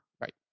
right